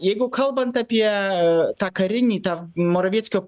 jeigu kalbant apie tą karinį tą moravieckio